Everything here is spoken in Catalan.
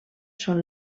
són